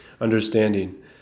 Understanding